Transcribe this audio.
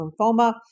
lymphoma